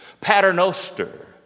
paternoster